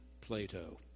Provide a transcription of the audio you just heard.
Plato